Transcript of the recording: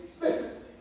Listen